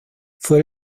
fue